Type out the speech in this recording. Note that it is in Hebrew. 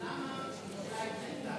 מה השאלה?